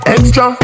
Extra